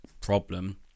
problem